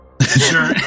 Sure